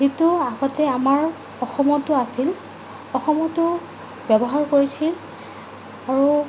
যিটো আগতে আমাৰ অসমতো আছিল অসমতো ব্যৱহাৰ কৰিছিল আৰু